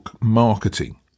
marketing